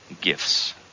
gifts